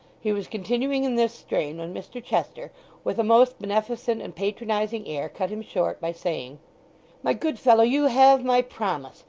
he was continuing in this strain, when mr chester with a most beneficent and patronising air cut him short by saying my good fellow, you have my promise,